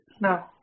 No